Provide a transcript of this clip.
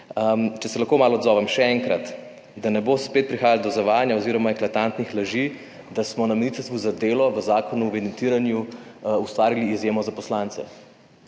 Če se lahko malo odzovem. Še enkrat, da ne bo spet prihajalo do zavajanja oz. eklatantnih laži, da smo na Ministrstvu za delo v Zakonu o evidentiranju ustvarili izjemo za poslance.